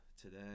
today